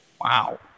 Wow